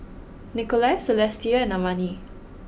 Nikolai Celestia and Amani